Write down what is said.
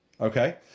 Okay